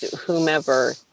whomever